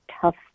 tough